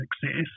success